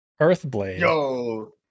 Earthblade